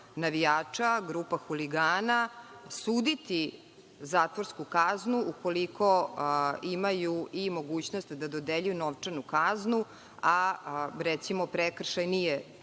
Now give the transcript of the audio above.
navijača, grupa huligana suditi zatvorsku kaznu ukoliko imaju i mogućnost da dodeljuju novčanu kaznu, a recimo prekršaj nije